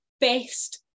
best